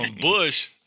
Bush